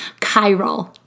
Chiral